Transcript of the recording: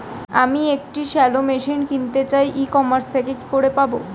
আমি একটি shallow machine কিনতে চাই ই কমার্স থেকে কি করে পাবো?